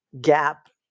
gap